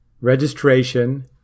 Registration